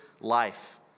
life